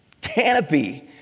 canopy